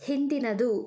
ಹಿಂದಿನದು